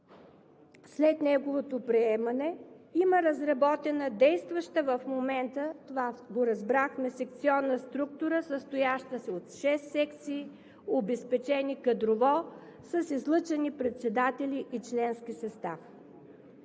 след неговото приемане – има разработена, действаща в момента, това го разбрахме, секционна структура, състояща се от шест секции, обезпечени кадрово с излъчени председатели и членски състав.